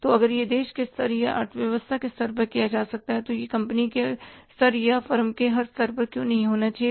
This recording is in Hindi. तो अगर यह देश के स्तर या अर्थव्यवस्था के स्तर पर किया जा सकता है तो यह कंपनी के स्तर या फर्म के स्तर पर क्यों नहीं होना चाहिए